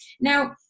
Now